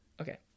okay